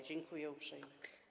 Dziękuję uprzejmie.